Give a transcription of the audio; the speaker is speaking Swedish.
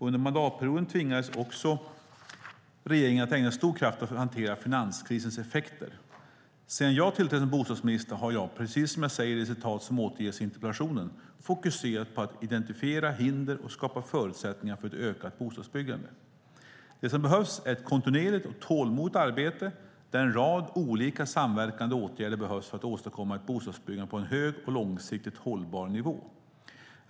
Under mandatperioden tvingades också regeringen att ägna stor kraft åt att hantera finanskrisens effekter. Sedan jag tillträdde som bostadsminister har jag, precis som jag säger i det citat som återges i interpellationen, fokuserat på att identifiera hinder och skapa förutsättningar för ett ökat bostadsbyggande. Det som behövs är ett kontinuerligt och tålmodigt arbete där en rad olika, samverkande, åtgärder behövs för att åstadkomma ett bostadsbyggande på en hög och långsiktigt hållbar nivå.